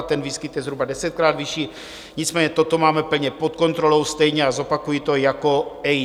Ten výskyt je zhruba desetkrát vyšší, nicméně toto máme plně pod kontrolou, stejně a zopakuji to jako AIDS.